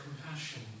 compassion